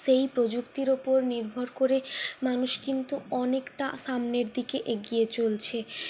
সেই প্রযুক্তির উপর নির্ভর করে মানুষ কিন্তু অনেকটা সামনের দিকে এগিয়ে চলছে